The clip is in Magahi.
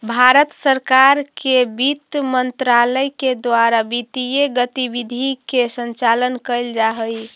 भारत सरकार के वित्त मंत्रालय के द्वारा वित्तीय गतिविधि के संचालन कैल जा हइ